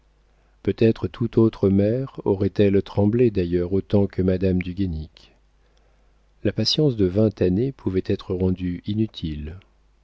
peut-être toute autre mère aurait-elle tremblé d'ailleurs autant que madame du guénic la patience de vingt années pouvait être rendue inutile